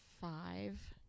Five